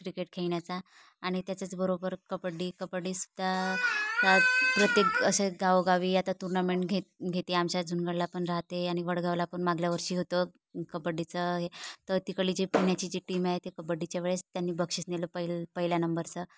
cricket खेळण्याचा आणि त्याच्याच बरोबर कबड्डी कबड्डीसुद्धा प्रत्येक असे गावोगावी आता टुर्नामेंट घेत घेते आमच्या जुनगडला पण राहते आणि वडगावला पण मागल्या वर्षी होतं कबड्डीचं हे तर तिकडली जे पुण्याची जी टीम आहे ते कबड्डीच्या वेळेस त्यांनी बक्षीस नेलं पहिल पहिल्या नंबरचं